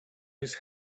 his